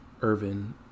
Irvin